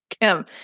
Kim